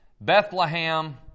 Bethlehem